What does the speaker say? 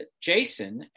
Jason